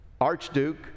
Archduke